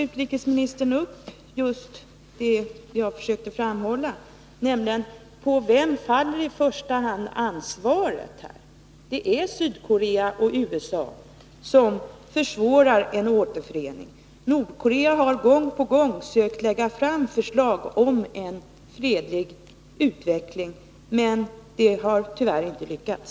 Utrikesministern tog inte upp min fråga: På vem faller i första hand ansvaret? Det är Sydkorea och USA som försvårar en återförening. Nordkorea har gång på gång lagt fram förslag om en fredlig utveckling, men det har tyvärr inte lyckats.